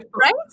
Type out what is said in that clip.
Right